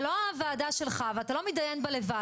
זה לא הוועדה שלך ואתה לא מתדיין בה לבד